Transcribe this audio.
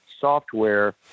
software